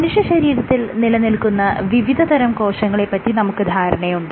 മനുഷ്യശരീരത്തിൽ നിലനില്ക്കുന്ന വിവിധതരം കോശങ്ങളെ പറ്റി നമുക്ക് ധാരണയുണ്ട്